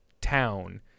town